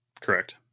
Correct